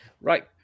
Right